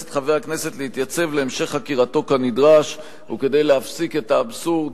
את חבר הכנסת להתייצב להמשך חקירתו כנדרש וכדי להפסיק את האבסורד